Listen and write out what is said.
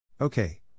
Okay